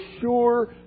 sure